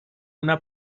una